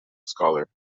scholar